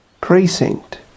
precinct